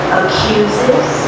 accuses